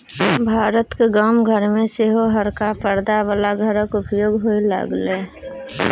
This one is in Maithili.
भारतक गाम घर मे सेहो हरका परदा बला घरक उपयोग होए लागलै